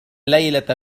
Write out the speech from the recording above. اليلة